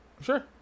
Sure